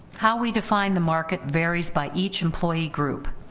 how we define the market varies by each employee group.